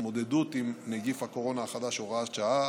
להתמודדות עם נגיף הקורונה החדש (הוראת שעה),